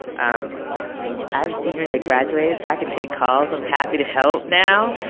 um i have a senior that graduated so i could take calls. i'm happy to help now